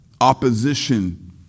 Opposition